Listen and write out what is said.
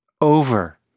over